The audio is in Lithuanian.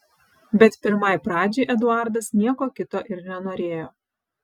bet pirmai pradžiai eduardas nieko kito ir nenorėjo